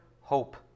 hope